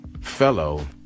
fellow